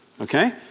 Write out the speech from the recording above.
Okay